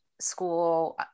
school